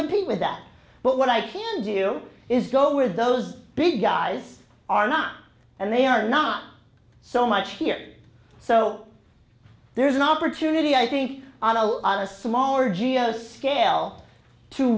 compete with that but what i can do is go with those big guys are not and they are not so much here so there's an opportunity i think on a smaller jihadist scale to